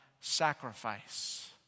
sacrifice